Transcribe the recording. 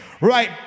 Right